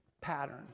pattern